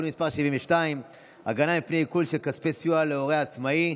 מס' 72) (הגנה מפני עיקול של כספי סיוע להורה עצמאי),